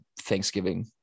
thanksgiving